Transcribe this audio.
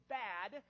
bad